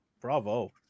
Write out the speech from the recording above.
bravo